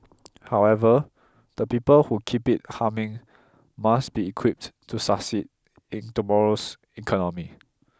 however the people who keep it humming must be equipped to succeed in tomorrow's economy